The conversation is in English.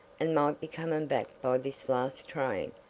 and might be coming back by this last train.